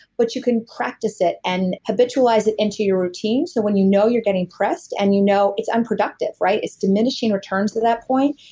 but you can practice it and habitualize it into your routine so when you know you're getting pressed and you know it's unproductive, it's diminishing returns at that point.